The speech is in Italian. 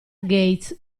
gates